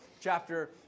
chapter